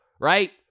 right